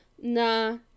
nah